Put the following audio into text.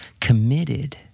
committed